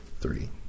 three